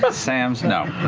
but sam's no.